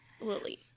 Lily